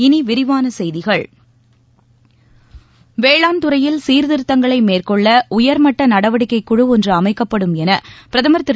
இனி விரிவான செய்திகள் வேளாண் துறையில் சீர்திருத்தங்களை மேற்கொள்ள உயர்மட்ட நடவடிக்கைக் குழு ஒன்று அமைக்கப்படும் என பிரதமர் திரு